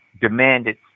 demanded